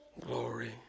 glory